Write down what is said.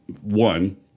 one